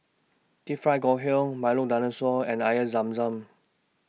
Deep Fried Ngoh Hiang Milo Dinosaur and Air Zam Zam